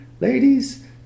ladies